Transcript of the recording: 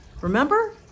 Remember